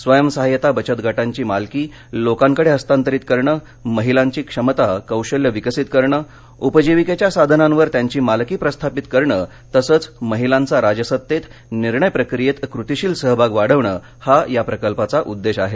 स्वयंसहाय्यता बचतगटांची मालकी लोकांकडे हस्तांतरित करण महिलांची क्षमता कौशल्य विकसित करण उपजीविकेच्या साधनावर त्यांची मालकी प्रस्थापित करण तसंच महिलांचा राजसत्तेत निर्णय प्रकियेत कृतिशील सहभाग वाढवणं हा या प्रकल्पाचा उद्देश आहे